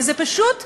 זה פשוט שקר.